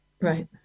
Right